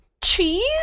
Cheese